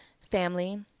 family